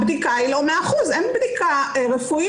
הבדיקה היא לא 100%. אין בדיקה רפואית